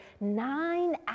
nine